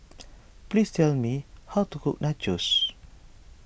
please tell me how to cook Nachos